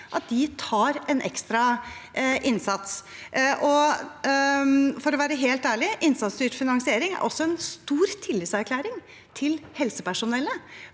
at de gjør en ekstra innsats. For å være helt ærlig er innsatsstyrt finansiering også en stor tillitserklæring til helsepersonellet,